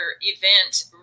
event